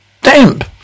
damp